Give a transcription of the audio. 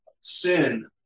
sin